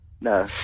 No